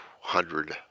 hundred